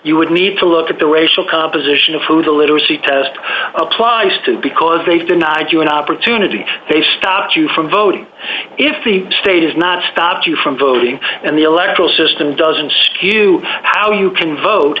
you would need to look at the racial composition of who the literacy test applies to because they've denied you an opportunity they stopped you from voting if the state has not stopped you from voting and the electoral system doesn't show you how you can vote